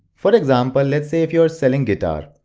for example, let's say if you are selling guitar.